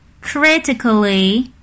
critically